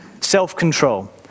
self-control